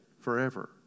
forever